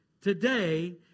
today